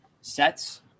sets